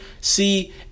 see